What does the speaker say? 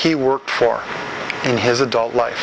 he worked for in his adult life